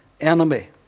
enemy